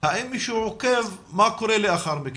האם מישהו עוקב מה קורה לאחר מכן?